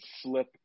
slip